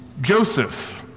Joseph